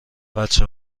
بچه